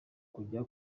kujya